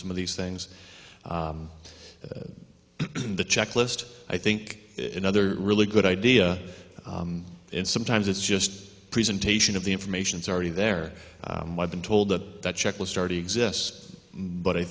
some of these things in the checklist i think another really good idea and sometimes it's just presentation of the information is already there i've been told that that checklist already exists but i